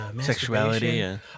Sexuality